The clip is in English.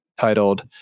titled